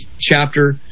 chapter